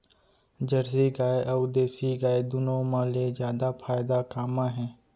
Jersey गाय अऊ देसी गाय दूनो मा ले जादा फायदा का मा हे?